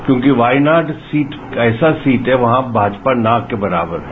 क्योंकि वायनाड सीट ऐसा सीट है वहां भाजपा न के बराबर है